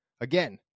Again